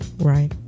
right